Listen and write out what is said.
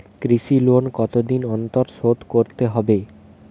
কৃষি লোন কতদিন অন্তর শোধ করতে হবে?